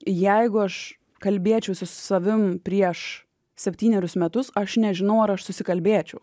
jeigu aš kalbėčiausi su savim prieš septynerius metus aš nežinau ar aš susikalbėčiau